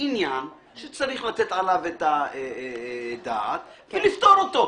עניין שצריך לתת עליו את הדעת ולפתור אותו.